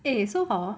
okay so hor